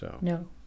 No